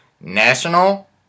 National